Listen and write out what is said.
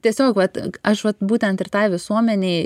tiesiog vat aš vat būtent ir tai visuomenei